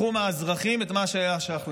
לקחו מהאזרחים את מה שהיה שייך להם.